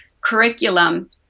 curriculum